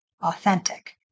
authentic